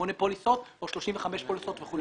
פוליסות או 35 פוליסות וכולי.